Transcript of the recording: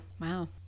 Wow